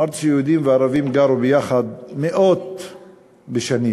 אמרתי שיהודים וערבים גרו יחד מאות בשנים,